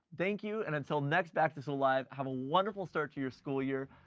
thank you. and until next back to school live, have a wonderful start to your school year.